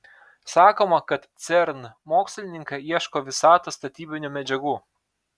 sakoma kad cern mokslininkai ieško visatos statybinių medžiagų